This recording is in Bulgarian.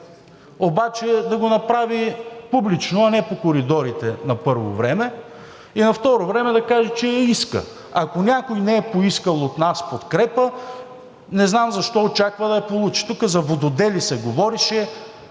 обаче да го направи публично, а не по коридорите на първо време, и на второ време, да каже, че я иска. Ако някой не е поискал от нас подкрепа, не знам защо очаква да я получи. Тук за вододели се говореше…